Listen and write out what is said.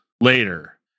later